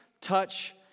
touch